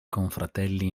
confratelli